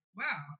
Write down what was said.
wow